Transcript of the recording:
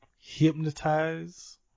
hypnotize